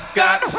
got